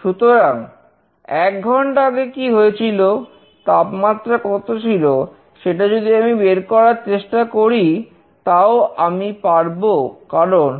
সুতরাং এক ঘন্টা আগে কি হয়েছিল তাপমাত্রা কত ছিল সেটা যদি আমি বের করার চেষ্টা করি তাও আমি পারবো কারণ